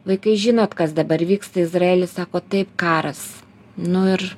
vaikai žinot kas dabar vyksta izraely sako taip karas nu ir